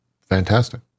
fantastic